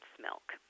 milk